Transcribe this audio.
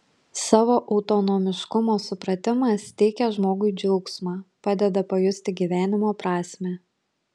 savo autonomiškumo supratimas teikia žmogui džiaugsmą padeda pajusti gyvenimo prasmę